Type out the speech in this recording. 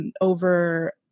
over